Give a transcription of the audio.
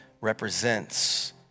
represents